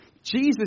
Jesus